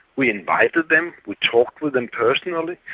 we invited them, we talked with them personally,